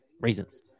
reasons